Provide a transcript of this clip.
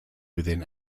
within